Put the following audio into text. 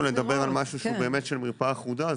באנו לדבר על משהו של מרפאה אחודה,